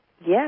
yes